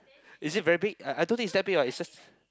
is it very big I I thought this is that big oh it's just